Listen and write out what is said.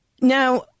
Now